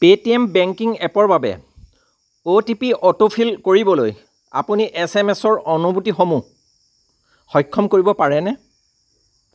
pay T M banking এপৰ বাবে O T P autofill কৰিবলৈ আপুনি এছ এম এছ ৰ অনুমতিসমূহ সক্ষম কৰিব পাৰেনে